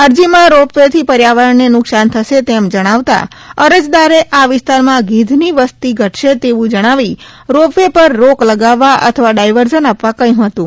અરજીમાં રોપ વેથી પર્યાવરણને નુકસાન થશે તેમ જણાવતા અરજદારે આ વિસ્તારમાં ગીધની વસ્તી ઘટશે તેવુ જણાવી રોપ વે પર રોક લગાવવા અથવા ડાયવર્ઝન આપવા કહ્યુ હતુ